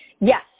Yes